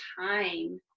time